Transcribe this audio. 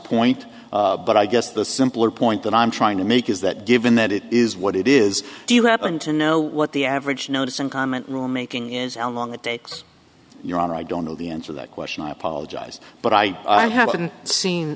point but i guess the simpler point that i'm trying to make is that given that it is what it is do you happen to know what the average notice and comment rule making is how long it takes your honor i don't know the answer that question i apologize but i i haven't seen